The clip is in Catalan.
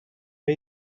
què